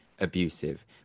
abusive